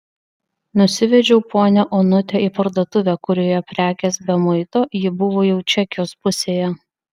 nusivedžiau ponią onutę į parduotuvę kurioje prekės be muito ji buvo jau čekijos pusėje